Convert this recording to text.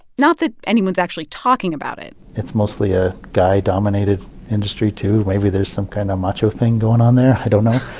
not that anyone's actually talking about it it's mostly a guy-dominated industry, too. maybe there's some kind of macho thing going on there. i don't know.